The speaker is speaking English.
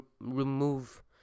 remove